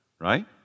right